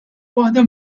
waħda